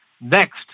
next